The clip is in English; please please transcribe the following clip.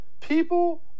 People